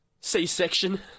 C-Section